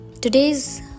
today's